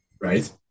Right